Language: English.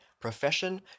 profession